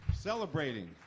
Celebrating